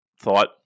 thought